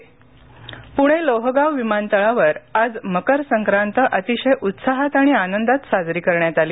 मकर संक्रांत पुणे लोहगाव विमानतळावर आज मकर संक्रात अतिशय उत्साहात आणि आनंदात साजरी करण्यात आली